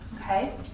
okay